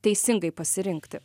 teisingai pasirinkti